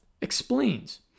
explains